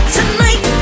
Tonight